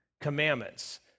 commandments